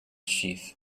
sheath